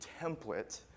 template